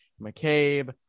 McCabe